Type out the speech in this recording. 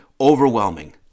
overwhelming